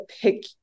pick